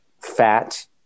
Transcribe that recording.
fat